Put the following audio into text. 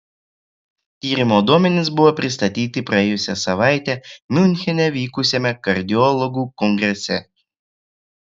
tyrimo duomenys buvo pristatyti praėjusią savaitę miunchene vykusiame kardiologų kongrese